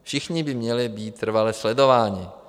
Všichni by měli být trvale sledováni.